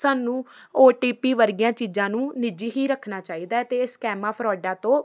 ਸਾਨੂੰ O T P ਵਰਗੀਆਂ ਚੀਜ਼ਾਂ ਨੂੰ ਨਿੱਜੀ ਹੀ ਰੱਖਣਾ ਚਾਹੀਦਾ ਅਤੇ ਇਸ ਸਕੈਮਾਂ ਫਰੋਡਾਂ ਤੋਂ